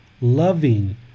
loving